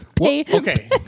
okay